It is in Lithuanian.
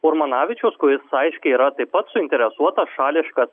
urmonavičius kuris aiškiai yra taip pat suinteresuotas šališkas